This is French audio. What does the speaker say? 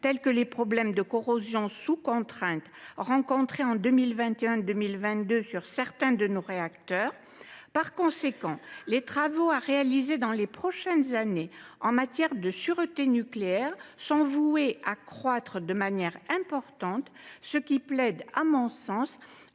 telles que les problèmes de corrosion sous contrainte rencontrés en 2021 et 2022 sur certains de nos réacteurs. Par conséquent, les travaux à réaliser dans les prochaines années en matière de sûreté nucléaire sont voués à croître de manière importante, ce qui plaide à mon sens